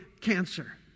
cancer